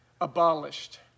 abolished